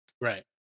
Right